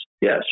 Yes